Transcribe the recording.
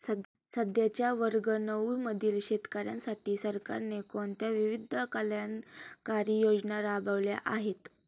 सध्याच्या वर्ग नऊ मधील शेतकऱ्यांसाठी सरकारने कोणत्या विविध कल्याणकारी योजना राबवल्या आहेत?